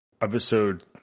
episode